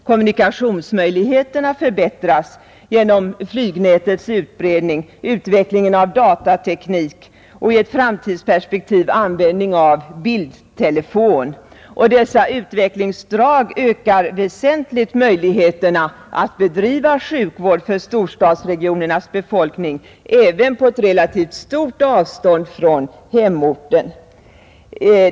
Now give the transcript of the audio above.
Kommunikationsmöjligheterna förbättras genom flygnätets utbredning, utvecklingen av datateknik och i ett framtidsperspektiv användning av bildtelefon, och dessa utvecklingsdrag ökar väsentligt möjligheterna att bedriva sjukvård för storstadsregionernas befolkning även på ett relativt stort avstånd från hemorten.